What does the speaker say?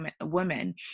women